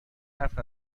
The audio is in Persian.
حرف